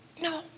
No